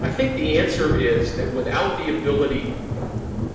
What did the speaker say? i think the answer is that without the ability